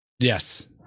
Yes